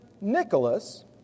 Nicholas